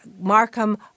Markham